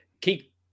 Keep